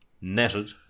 netted